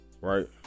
Right